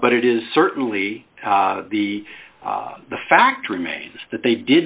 but it is certainly the the fact remains that they did